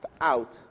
out